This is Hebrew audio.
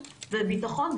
בביטחון,